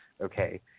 Okay